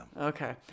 Okay